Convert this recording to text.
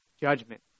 judgment